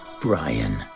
Brian